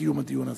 בקיום הדיון הזה.